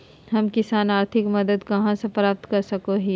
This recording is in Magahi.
हम किसान आर्थिक मदत कहा से प्राप्त कर सको हियय?